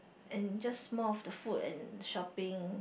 and just more of the food and shopping